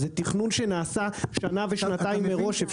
ז תכנון שנעשה שנה ושנתיים מראש.